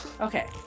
Okay